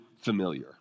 familiar